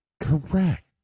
Correct